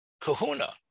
kahuna